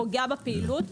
פוגע בפעילות,